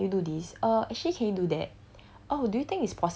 uh actually can you do this uh actually can you do that